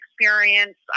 experience